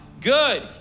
Good